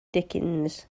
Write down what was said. dickens